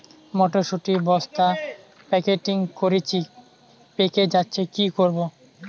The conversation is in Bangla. মটর শুটি বস্তা প্যাকেটিং করেছি পেকে যাচ্ছে কি করব?